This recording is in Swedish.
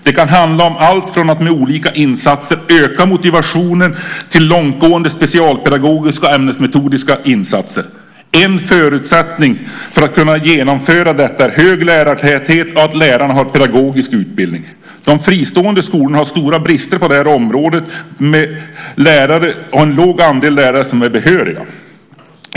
Det kan handla om alltifrån att med olika insatser öka motivationen till långtgående specialpedagogiska och ämnesmetodiska insatser. En förutsättning för att kunna genomföra detta är hög lärartäthet och att lärarna har pedagogisk utbildning. De fristående skolorna har stora brister på det här området och har en låg andel lärare som är behöriga.